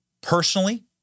personally